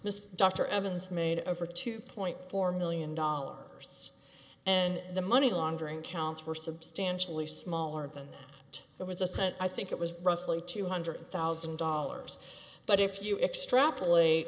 this dr evans made over two point four million dollars and the money laundering counts were substantially smaller than it was a cent i think it was roughly two hundred thousand dollars but if you extrapolate